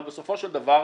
אבל בסופו של דבר,